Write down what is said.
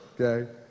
okay